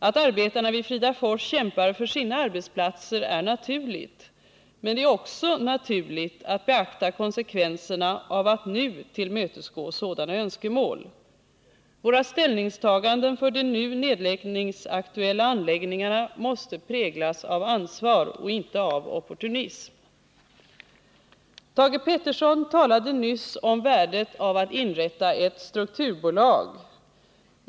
Att arbetarna vid Fridafors kämpar för sina arbetsplatser är naturligt, men det är också naturligt att beakta konsekvenserna av att nu tillmötesgå sådana önskemål. Våra ställningstaganden för de nu nedläggningsaktuella anläggningarna måste vägledas av ansvar och inte av opportunism. Thage Peterson talade nyss om värdet av att inrätta ett strukturbolag.